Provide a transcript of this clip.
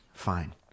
Fine